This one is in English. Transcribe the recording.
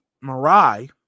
marai